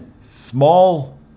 small